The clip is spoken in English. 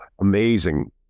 amazing